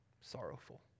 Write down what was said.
sorrowful